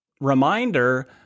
reminder